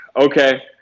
Okay